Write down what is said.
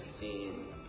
seen